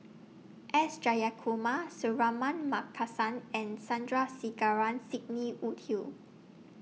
S Jayakumar Suratman Markasan and Sandrasegaran Sidney Woodhull